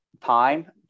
time